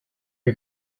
you